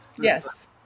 Yes